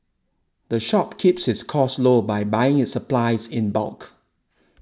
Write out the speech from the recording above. the shop keeps its costs low by buying its supplies in bulk